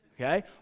okay